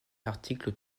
l’article